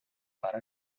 para